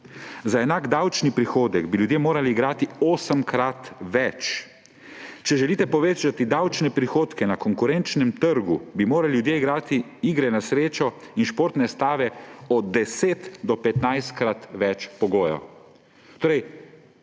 Za enak davčni prihodek bi ljudje morali igrati osemkrat več. Če želite povečati davčne prihodke na konkurenčnem trgu, bi morali ljudje igrati igre na srečo in športne stave od 10- do 15-krat več. Torej